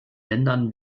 ländern